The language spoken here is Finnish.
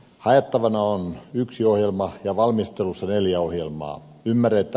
haettavana on yksi ohjelma ja valmistelussa neljä ohjelmaa